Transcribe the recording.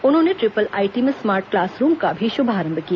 उन्होंने triple IT में smart class room का भी शुभारंभ किया